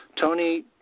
Tony